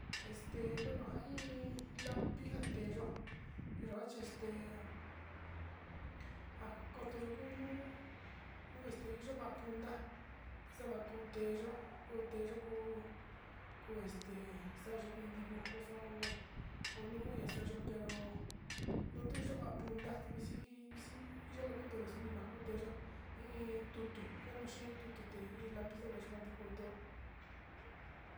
Este bueno naj iin lapiz teyó nayo este, nja koto yuu unu nuu este nuyungua punta ndava kuu teyo'ó, uu teyo'o kuu este xa'a yo iin dibujo xa'ó ho nuku naxayo pero, nuu uyu xava'a punta yiyi yo'ó lapiz pero saví makuteyó i iin tutu kana hein tutu iin lapice kuante kuteó.